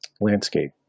landscape